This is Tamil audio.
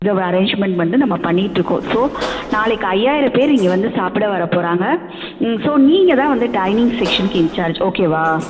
அரேஞ்ச்மென்ட் வந்து நம்ம பண்ணிகிட்டு இருக்கோம் ஸோ நாளைக்கு ஐயாயிரம் பேர் இங்கே வந்து சாப்பிட வர போகறாங்க ஸோ நீங்கள் தான் வந்து டைனிங் செக்ஷனுக்கு இன்சார்ஜ் ஓகே வா